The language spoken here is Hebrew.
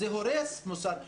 עשויה להרוס מוסד חינוכי.